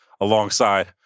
alongside